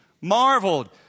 marveled